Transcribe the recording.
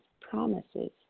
promises